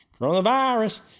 Coronavirus